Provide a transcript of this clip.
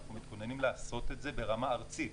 ואנחנו מתכוננים לעשות את זה ברמה ארצית.